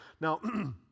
Now